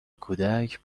کودک